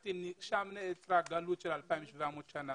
מבחינתי שם שנעצרה גלות של 2,700 שנים